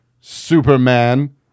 Superman